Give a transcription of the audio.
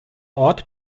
ort